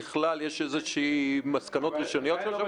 ככלל יש איזשהן מסקנות ראשוניות?